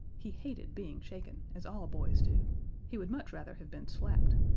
he hated being shaken, as all boys do he would much rather have been slapped.